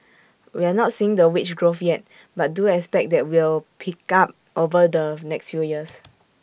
we're not seeing the wage growth yet but do expect that will pick up over the next few years